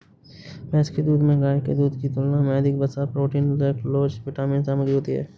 भैंस के दूध में गाय के दूध की तुलना में अधिक वसा, प्रोटीन, लैक्टोज विटामिन सामग्री होती है